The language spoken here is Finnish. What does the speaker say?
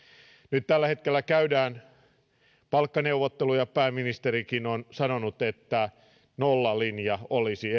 nyt tällä hetkellä käydään palkkaneuvotteluja pääministerikin on sanonut että nollalinja olisi